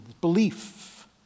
belief